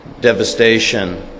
devastation